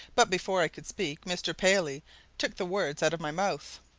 but before i could speak, mr. paley took the words out of my mouth.